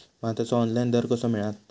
भाताचो ऑनलाइन दर कसो मिळात?